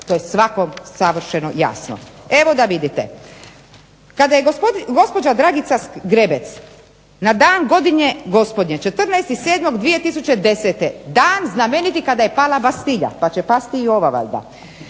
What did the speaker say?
To je svakom savršeno jasno. Evo da vidite. Kada je gospođa Dragica Zgrebec na dan godine gospodnje 14.7.2010. dan znameniti kada je pala Bastilja, pa će pasti i ova valjda,